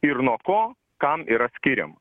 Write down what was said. ir nuo ko kam yra skiriama